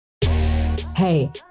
Hey